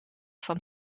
van